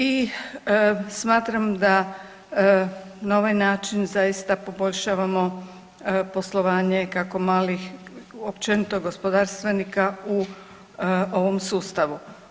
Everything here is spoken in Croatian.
I smatram da na ovaj način zaista poboljšavamo poslovanje kako malih općenito gospodarstvenika u ovom sustavu.